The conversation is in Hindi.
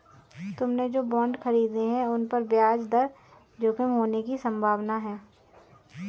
तुमने जो बॉन्ड खरीदे हैं, उन पर ब्याज दर जोखिम होने की संभावना है